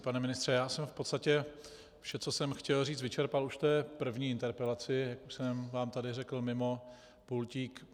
Pane ministře, já jsem v podstatě vše, co jsem chtěl říct, vyčerpal už v té první interpelaci, jak už jsem vám tady řekl mimo pultík.